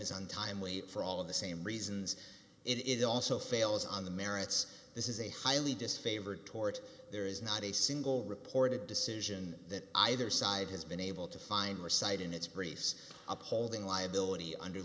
is untimely for all of the same reasons it is also fails on the merits this is a highly disfavored tort there is not a single reported decision that either side has been able to find or cite in its briefs upholding liability under